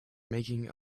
making